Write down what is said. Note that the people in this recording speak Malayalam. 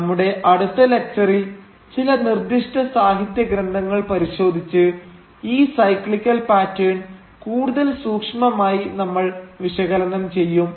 നമ്മുടെ അടുത്ത ലക്ച്ചറിൽ ചില നിർദ്ദിഷ്ട സാഹിത്യഗ്രന്ഥങ്ങൾ പരിശോധിച്ച് ഈ സൈക്ലിക്കൽ പാറ്റേൺ കൂടുതൽ സൂക്ഷ്മമായി നമ്മൾ വിശകലനം ചെയ്യും